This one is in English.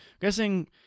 Guessing